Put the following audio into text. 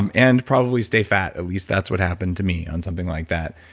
um and probably stay fat. at least, that's what happened to me on something like that.